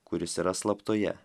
kuris yra slaptoje